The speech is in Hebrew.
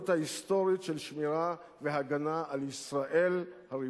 ההיסטורית של שמירה והגנה על ישראל הריבונית.